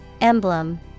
Emblem